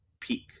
peak